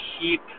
keep